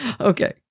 Okay